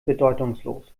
bedeutungslos